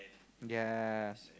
ya